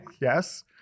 Yes